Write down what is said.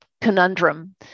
conundrum